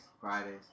Fridays